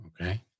Okay